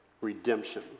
Redemption